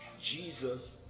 jesus